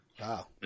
Wow